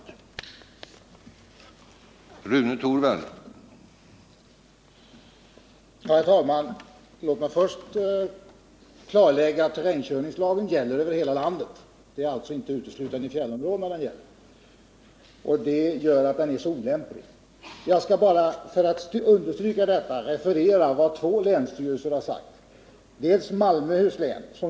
Om rätten att